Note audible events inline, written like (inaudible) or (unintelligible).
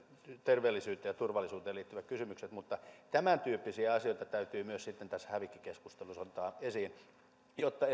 terveellisyyteen ja turvallisuuteen liittyvät kysymykset mutta myös tämäntyyppisiä asioita täytyy tässä hävikkikeskustelussa ottaa esiin jotta (unintelligible)